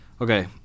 okay